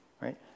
right